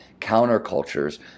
Countercultures